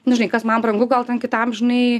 nu žinai kas man brangu gal ten kitam žinai